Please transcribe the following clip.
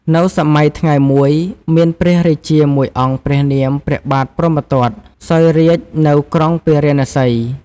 នៅសម័យថ្ងៃមួយ មានព្រះរាជាមួយអង្គព្រះនាម ព្រះបាទព្រហ្មទត្ត សោយរាជ្យនៅក្រុងពារាណសី។